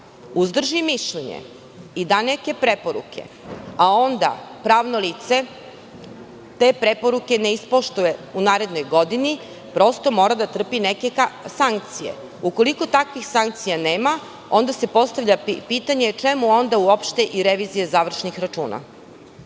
uzdrži mišljenje i dâ neke preporuke, a onda pravno lice te preporuke ne ispoštuje u narednoj godini, prosto mora da trpi neke sankcije. Ukoliko takvih sankcija nema, onda se postavlja pitanje čemu onda uopšte i revizija završnih računa?